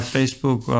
Facebook